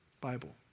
Bible